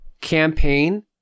campaign